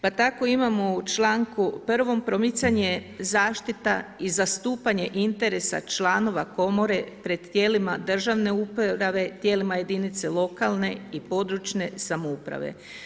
Pa tako imamo u članku 1. promicanje, zaštita i zastupanje interesa članova komore pred tijelima državne uprave, tijelima jedinica lokalne i područne samouprave.